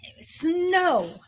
snow